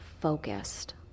focused